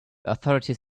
authorities